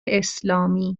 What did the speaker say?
اسلامی